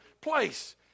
place